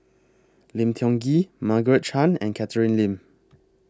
Lim Tiong Ghee Margaret Chan and Catherine Lim